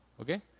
okay